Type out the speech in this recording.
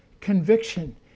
conviction